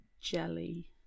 jelly